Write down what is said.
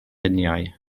luniau